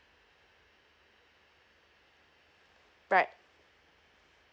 right